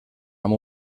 amb